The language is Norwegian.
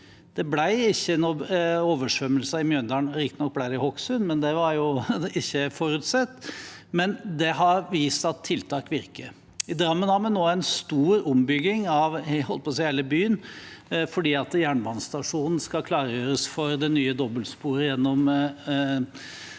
Det ble ikke noen oversvømmelse i Mjøndalen – riktig nok ble det det i Hokksund, men det var ikke forutsett – og det har vist at tiltak virker. I Drammen har vi nå en stor ombygging av – jeg holdt på å si – hele byen, fordi jernbanestasjonen skal klargjøres for det nye dobbeltsporet gjennom